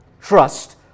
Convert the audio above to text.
Trust